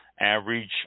average